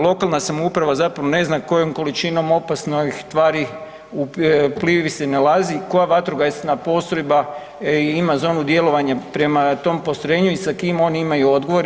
Lokalna samouprava zapravo ne zna kojom količinom opasnih tvari u Plivi se nalazi i koja vatrogasna postrojba ima zonu djelovanja prema tom postrojenju i sa kim oni imaju odgovor.